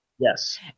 Yes